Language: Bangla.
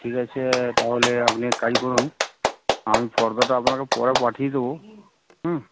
ঠিক আছে তাহলে আপনি এক কাজ করুন আমি ফর্দটা আপনাকে পরে পাঠিয়ে দেব হুম